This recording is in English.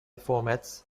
formats